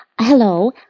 Hello